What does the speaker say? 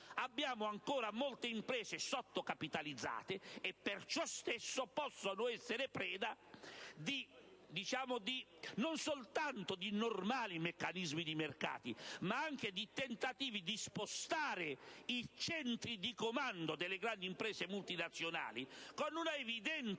Abbiamo ancora molte imprese sottocapitalizzate, che per ciò stesso possono essere preda non soltanto di normali meccanismi di mercato, ma anche di tentativi di spostare i centri di comando delle grandi imprese multinazionali, con un evidente